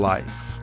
Life